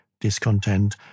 discontent